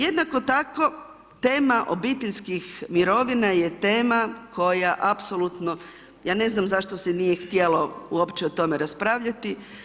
Jednako tako tema obiteljski mirovina je tema koja apsolutno ja ne znam, zašto se nije htjelo uopće o tome raspravljati.